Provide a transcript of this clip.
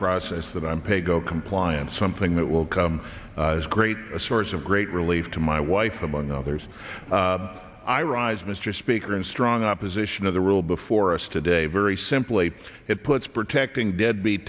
process that i'm paygo compliance something that will come as great a source of great relief to my wife among others i rise mr speaker in strong opposition to the rule before us today very simply it puts protecting deadbeat